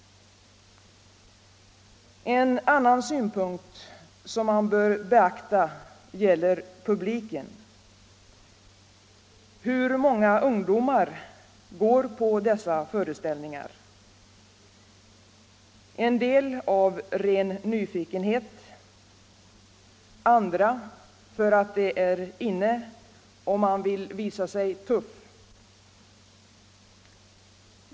En annan synpunkt som man bör beakta gäller publiken. Hur många ungdomar går på dessa föreställningar? En del gör det av ren nyfikenhet, andra för att det är ”inne” och man vill visa sig tuff.